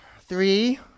Three